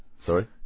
Sorry